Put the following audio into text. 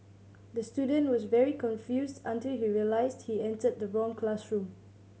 the student was very confused until he realised he entered the wrong classroom